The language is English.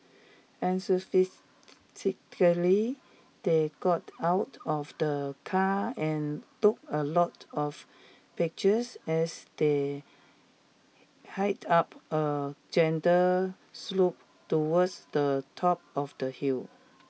enthusiastically they got out of the car and took a lot of pictures as they hiked up a gentle slope towards the top of the hill